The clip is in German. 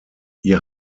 ihr